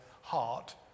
heart